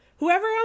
Whoever